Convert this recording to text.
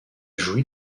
jouit